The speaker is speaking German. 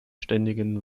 ständig